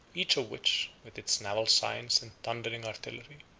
each of which, with its naval science and thundering artillery,